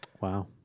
Wow